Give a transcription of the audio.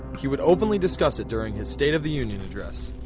he would openly discuss it during his state of the union address.